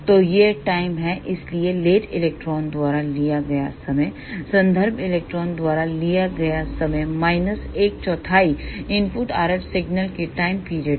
तो यह टाइम है इसलिए लेट इलेक्ट्रॉन द्वारा लिया गया समय संदर्भ इलेक्ट्रॉन द्वारा लिया गया समय माइनस एक चौथाई इनपुट RF सिग्नल की टाइम पीरियड का